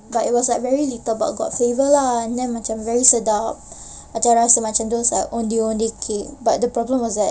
but it was like very little but got flavour lah and then macam very sedap macam rasa macam those ondeh-ondeh cake but the problem was that